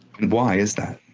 and why is that?